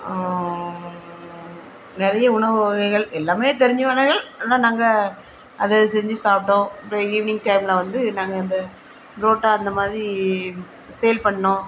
நிறைய உணவு வகைகள் எல்லாமே தெரிஞ்ச உணவுகள் ஆனால் நாங்கள் அதை செஞ்சு சாப்பிட்டோம் அப்புறம் ஈவினிங் டைமில் வந்து நாங்கள் அந்த ப்ரோட்டா அந்த மாதிரி சேல் பண்ணிணோம்